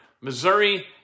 Missouri